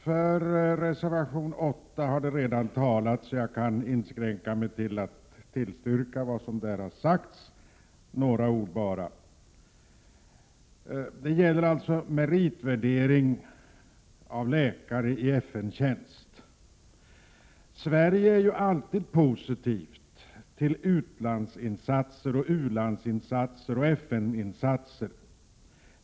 För reservation 8 har det redan talats, så jag kan inskränka mig till att tillstyrka vad som har sagts och bara tillägga några ord. Det gäller alltså meritvärderingen av läkare i FN-tjänst. Sverige är ju alltid positivt till u-landsinsatser och FN-insatser.